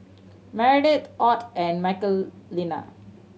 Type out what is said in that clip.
Meredith Ott and Michelina